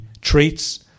traits